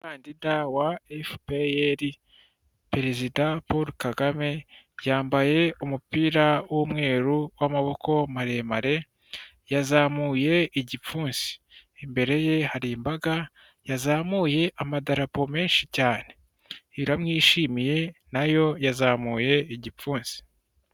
Umukandida wa efupeyeri perezida Paul Kagame yambaye umupira w'umweru w'amaboko maremare, yazamuye igipfunsi, imbere ye hari imbaga yazamuye amadarapo menshi cyane iramwishimiye nayo yazamuye igipfunsi.